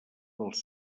dels